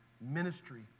Ministry